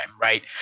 right